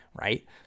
right